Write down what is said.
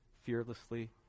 fearlessly